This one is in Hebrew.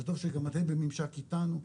זה טוב שגם אתם בממשק איתנו,